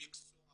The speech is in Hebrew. מקצוע